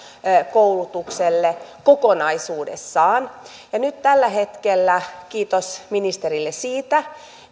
koulutukselle kokonaisuudessaan ja nyt tällä hetkellä kiitos ministerille siitä